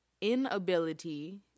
inability